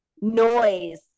noise